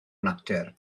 natur